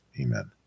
Amen